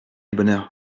bonheur